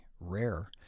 rare